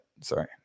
Sorry